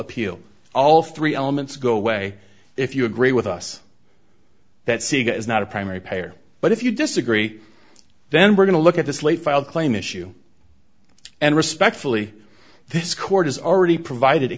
appeal all three elements go away if you agree with us that sega is not a primary payer but if you disagree then we're going to look at this late file claim issue and respectfully this court has already provided a